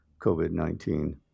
COVID-19